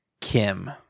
Kim